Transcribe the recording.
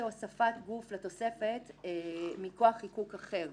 הוספת גוף לתוספת מכוח חיקוק אחר.